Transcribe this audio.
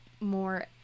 more